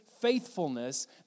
faithfulness